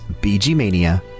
bgmania